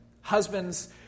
Husbands